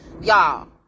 y'all